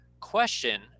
question